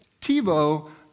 Tebow